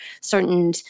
certain